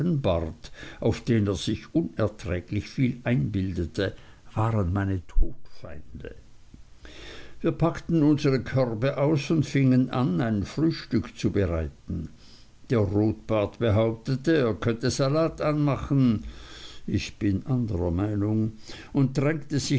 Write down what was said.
auf den er sich unerträglich viel einbildete waren meine todfeinde wir packten unsere körbe aus und fingen an ein frühstück zu bereiten der rotbart behauptete er könnte salat anmachen ich bin anderer meinung und